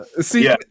see